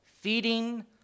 feeding